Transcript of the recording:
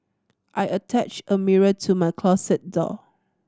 I attached a mirror to my closet door